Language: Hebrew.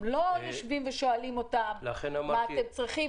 הם לא יושבים ושואלים אותם מה אתם צריכים,